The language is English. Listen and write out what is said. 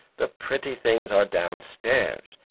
the pretty things are downstairs.